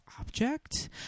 object